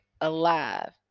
alive